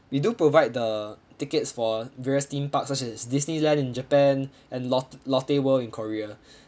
we do provide the tickets for various theme parks such as disneyland in japan and lot~ lotte world in korea